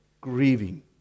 grieving